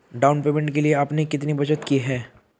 Down payment के लिए आपने कितनी बचत की है?